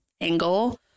angle